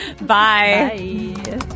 Bye